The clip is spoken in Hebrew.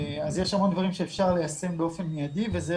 יש הרבה דברים שאפשר ליישם באופן מיידי וזאת